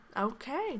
okay